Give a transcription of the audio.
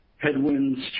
Headwinds